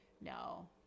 No